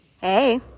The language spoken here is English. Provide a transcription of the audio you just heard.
Hey